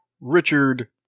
Richard